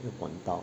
一个管道